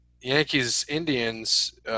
Yankees-Indians